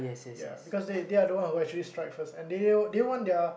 ya because they they are the one who actually strike first and they they want their